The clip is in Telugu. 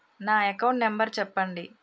నా అకౌంట్ నంబర్ చెప్పండి?